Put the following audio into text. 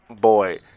boy